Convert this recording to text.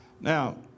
Now